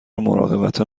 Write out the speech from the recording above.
مراقبت